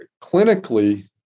clinically